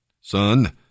Son